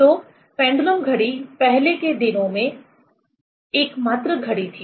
तो पेंडुलम घड़ी पहले के दिनों में एकमात्र घड़ी थी